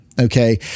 Okay